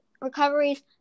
Recoveries